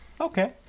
Okay